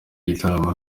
gitaramo